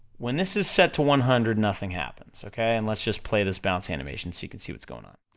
when this is set to one hundred, nothing happens, okay? and let's just play this bouncing animation, so you can see what's going on,